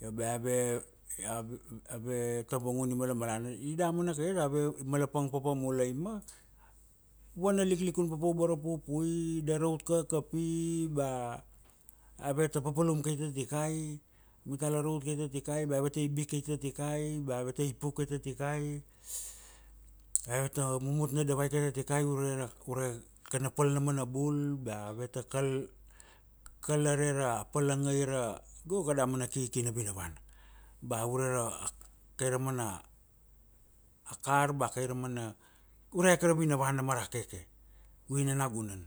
Io ba ave ave tavangun i malamalana i damana ka iat, ave malapang papa mulai ma vana liklikun papa uboro pupui, da raut kakapi ba ave ta papalum kai ta tatikai, mita la raut kai ta tikai, bea ave ta ibik kai ta tikai, ba ave ta ipuk kai ta tikai, ave ta mumut na davai kai ta tikai ure ra, ure kana pal na mana bul bea ave ta kal, kal are ra palangai ra go kada mana kiki na vinavana, ba ure ra kai ra mana kar, ba kai ra mana ure ke ra vina vana ma ra keke u ina nagunan.